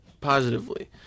positively